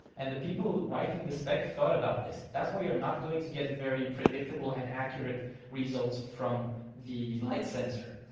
and the people writing the spec thought about this. that's why you're not going to get very predictable and accurate results from the light sensor.